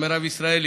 בנוסף,